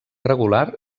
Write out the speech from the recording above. regular